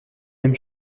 même